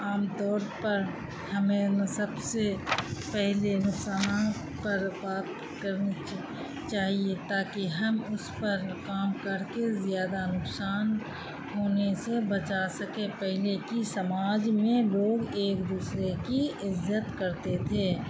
عام طور پر ہمیں نہ سب سے پہلے نقصانات پر بات کرنی چاہیے تاکہ ہم اس پر کام کر کے زیادہ نقصان ہونے سے بچا سکیں پہلے کی سماج میں لوگ ایک دوسرے کی عزت کرتے تھے